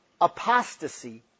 apostasy